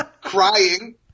crying